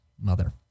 Mother